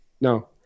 No